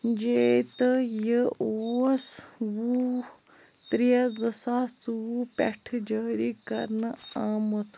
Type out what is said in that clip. J تہٕ یہِ اوس وُہ ترٛےٚ زٕ ساس ژوٚوُہ پٮ۪ٹھ جٲری کرنہٕ آمُت